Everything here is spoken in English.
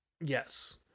Yes